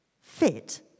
fit